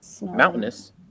Mountainous